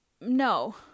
no